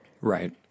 Right